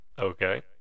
okay